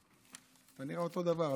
אתה נראה אותו דבר.